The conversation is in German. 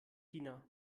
china